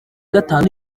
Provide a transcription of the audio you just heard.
gatanu